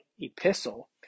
epistle